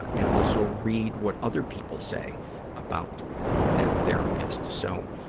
and also read what other people say about that therapist. so,